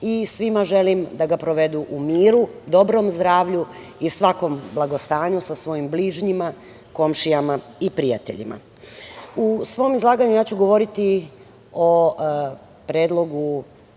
Svima želim da ga provedu u miru, dobrom zdravlju i svakog blagostanju sa svojim bližnjima, komšijama i prijateljima.U svom izlaganju ja ću govoriti o Predlogu